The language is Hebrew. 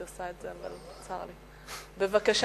בבקשה.